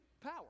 power